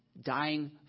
dying